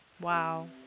Wow